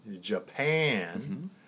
Japan